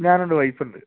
ഞാൻ ഉണ്ട് വൈഫ് ഉണ്ട്